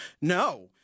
No